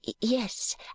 Yes